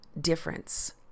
difference